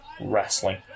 Wrestling